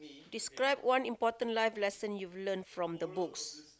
describe one important life lesson you've learnt from the books